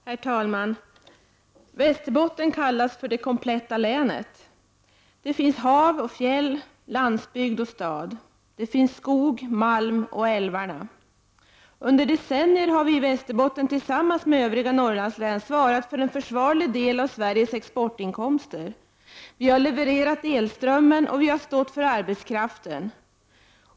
Herr talman! Västerbotten kallas för det kompletta länet. Där finns hav och fjäll, landsbygd och stad. Där finns skog, malm och älvar. Under decennier har vi i Västerbotten tillsammans med övriga Norrlandslän svarat för en försvarlig del av Sveriges exportinkomster. Vi har levererat elströmmen, och vi har stått för arbetskraften.